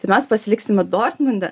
tai mes pasiliksime dortmunde